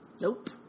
Nope